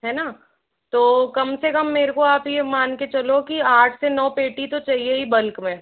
है ना तो कम से कम मुझे आप यह मान के चलो कि आठ से नौ पेटी तो चाहिए ही बल्क में